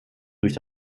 durch